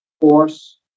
force